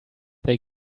they